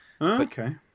Okay